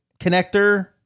connector